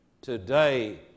today